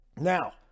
Now